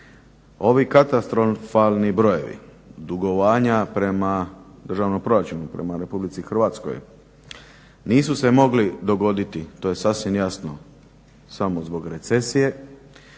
Ovi katastrofalni brojevi dugovanja prema državnom proračunu, prema Republici Hrvatskoj nisu se mogli dogoditi to je sasvim jasno samo zbog recesije